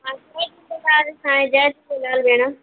हांजी जय झूलेलाल साईं जय झूलेलाल भेण